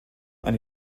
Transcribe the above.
eine